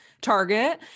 Target